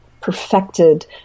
perfected